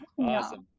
Awesome